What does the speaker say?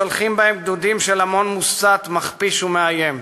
משלחים בהם גדודים של המון מוסת, מכפיש ומאיים.